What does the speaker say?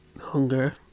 Hunger